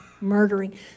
murdering